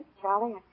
Charlie